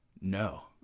no